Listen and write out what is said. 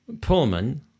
Pullman